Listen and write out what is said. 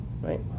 Right